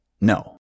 No